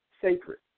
sacred